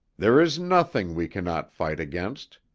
there is nothing we cannot fight against,